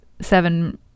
Seven